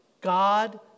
God